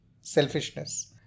selfishness